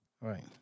right